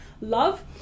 love